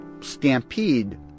stampede